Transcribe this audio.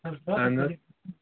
اہن حظ